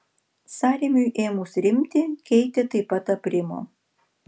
sąrėmiui ėmus rimti keitė taip pat aprimo